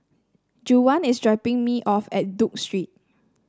Juwan is dropping me off at Duke Street